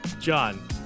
John